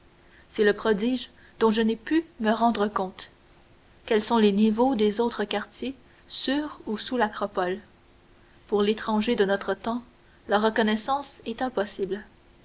c'est le prodige dont je n'ai pu me rendre compte quels sont les niveaux des autres quartiers sur ou sous l'acropole pour l'étranger de notre temps la reconnaissance est impossible